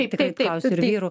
taip klausiu ir